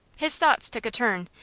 his thoughts took a turn,